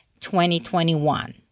2021